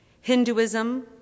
Hinduism